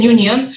Union